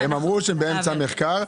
הם אמרו שהם באמצע מחקר,